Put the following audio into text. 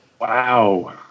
Wow